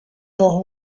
know